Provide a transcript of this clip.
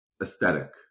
aesthetic